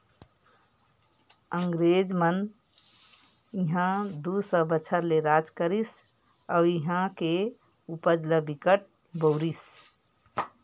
अंगरेज मन इहां दू सौ बछर ले राज करिस अउ इहां के उपज ल बिकट बउरिस